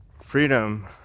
freedom